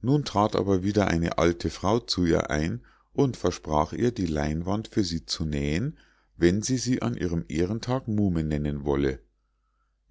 nun trat aber wieder eine alte frau zu ihr ein und versprach ihr die leinwand für sie zu nähen wenn sie sie an ihrem ehrentag muhme nennen wolle